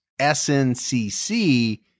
SNCC